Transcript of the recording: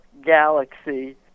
galaxy